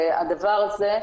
והדבר הזה,